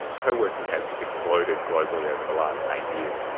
co-working has exploded globally over the last eight years,